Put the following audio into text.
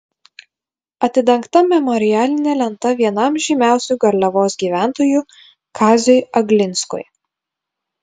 atidengta memorialinė lenta vienam žymiausių garliavos gyventojų kaziui aglinskui